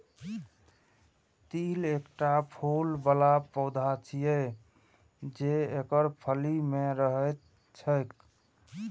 तिल एकटा फूल बला पौधा छियै, जे एकर फली मे रहैत छैक